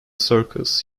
circles